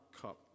cup